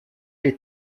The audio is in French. les